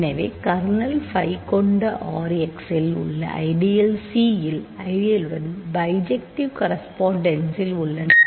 எனவே kernel phi கொண்டRx இல் உள்ள ஐடியல் c இல் ஐடியல்வுடன் பைஜெக்ட்டிவ் கரெஸ்பாண்டென்ஸில் உள்ளன